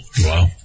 Wow